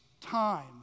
time